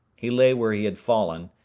he lay where he had fallen,